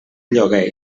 lloguer